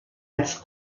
als